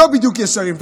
לא בדיוק ישרים.